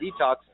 detox